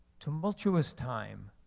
tumultuous time.